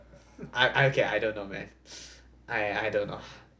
I I okay I don't know man I I don't know